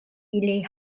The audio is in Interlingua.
ille